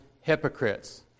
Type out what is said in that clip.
hypocrites